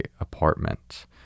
apartment